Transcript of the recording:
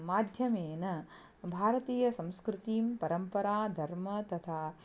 माध्यमेन भारतीयसंस्कृतिं परम्परा धर्मः तथा